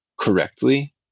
correctly